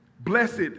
Blessed